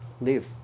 Leave